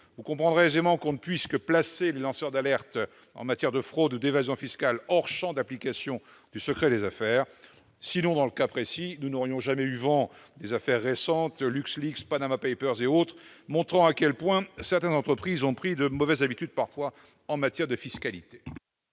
le comprendra aisément, on ne peut que placer les lanceurs d'alerte en matière de fraude ou d'évasion fiscale hors du champ d'application du secret des affaires. Sans cela, nous n'aurions jamais eu vent des affaires Luxleaks, « Panama Papers » et autres, qui montrent à quel point certaines entreprises ont parfois pris de mauvaises habitudes en matière de fiscalité